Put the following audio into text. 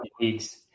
weeks